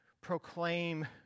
proclaim